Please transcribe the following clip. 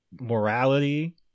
morality